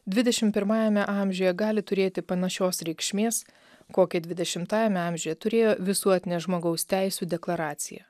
dvidešimt pirmajame amžiuje gali turėti panašios reikšmės kokią dvidešimtajame amžiuje turėjo visuotinė žmogaus teisių deklaracija